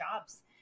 jobs